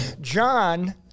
john